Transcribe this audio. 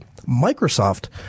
Microsoft